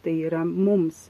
tai yra mums